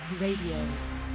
Radio